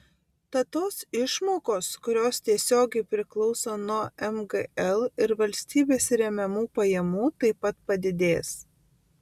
tad tos išmokos kurios tiesiogiai priklauso nuo mgl ir valstybės remiamų pajamų taip pat padidės